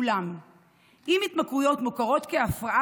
אולם אם התמכרויות מוכרות כהפרעה